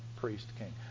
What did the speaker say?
priest-king